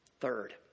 Third